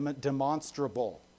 demonstrable